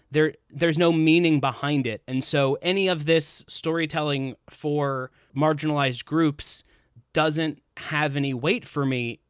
there there's no meaning behind it. and so any of this storytelling for marginalized groups doesn't have any weight for me.